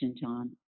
John